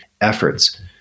efforts